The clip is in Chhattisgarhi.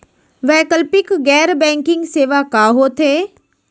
वैकल्पिक गैर बैंकिंग सेवा का होथे?